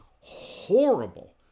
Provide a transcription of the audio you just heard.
horrible